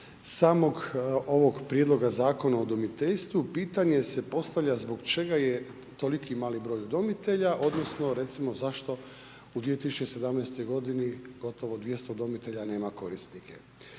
samog ovog prijedlog Zakona o udomiteljstvu, pitanje se postavlja zbog čega je toliki malu broj udomitelja odnosno recimo zašto u 2017. g. gotovo 200 udomitelja nema korisnike.